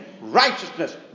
righteousness